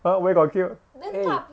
!huh! where got cute eh